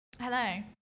hello